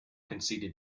conceded